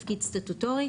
תפקיד סטטוטורי.